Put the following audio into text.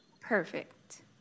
Perfect